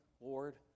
Lord